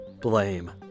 Blame